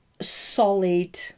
solid